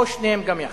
או שניהם גם יחד,